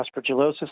aspergillosis